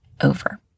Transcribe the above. over